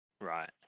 Right